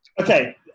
Okay